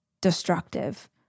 destructive